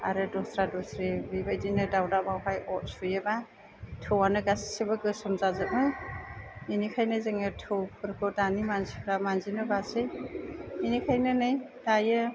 आरो दस्रा दस्रि बेबायदिनो दावदाबावहाय अर सुयोबा थौवानो गासिबो गोसो जाजोबो बिनिखायनो जोङो थौफोरखौ दानि मानसिफ्रा मानजिनो बासै बिनिखायनो नै दायो